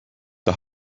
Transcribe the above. the